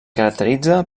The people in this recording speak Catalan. caracteritza